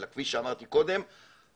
אלא כפי שאמרתי קודם,